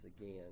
again